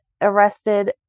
arrested